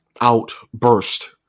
outburst